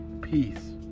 peace